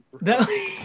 No